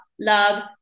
love